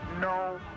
no